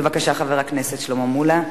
בבקשה, חבר הכנסת שלמה מולה.